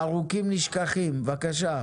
הארוכים נשכחים.